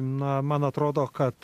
na man atrodo kad